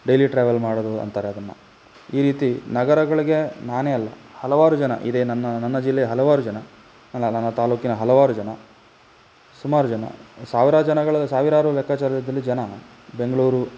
daily travel ಮಾಡೋದು ಅಂತಾರೆ ಅದನ್ನು ಈ ರೀತಿ ನಗರಗಳಿಗೆ ನಾನೇ ಅಲ್ಲ ಹಲವಾರು ಜನ ಇದೇ ನನ್ನ ನನ್ನ ಜಿಲ್ಲೆಯ ಹಲವಾರು ಜನ ಅಲ್ಲ ನನ್ನ ತಾಲೂಕಿನ ಹಲವಾರು ಜನ ಸುಮಾರು ಜನ ಸಾವಿರ ಜನಗಳಲ್ಲಿ ಸಾವಿರಾರು ಲೆಕ್ಕಾಚಾರದಲ್ಲಿ ಜನ ಬೆಂಗಳೂರು